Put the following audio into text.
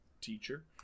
teacher